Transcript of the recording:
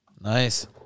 Nice